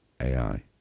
ai